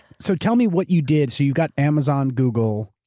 so tell me what you did, so you've got amazon, google,